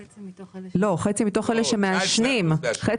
חצי מתוך אלה שמעשנים.